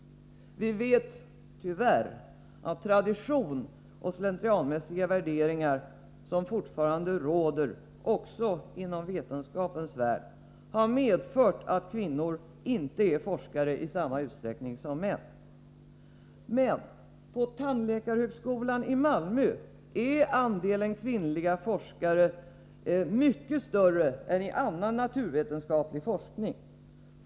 Dessutom vet vi, tyvärr, att den tradition och de slentrianmässiga värderingar som fortfarande gäller, även inom vetenskapens värld, har medfört att kvinnor inte är forskare i samma utsträckning som män. Men på tandläkarhögskolan i Malmö är andelen kvinnliga forskare mycket större än i annan naturvetenskaplig forskning.